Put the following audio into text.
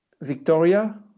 Victoria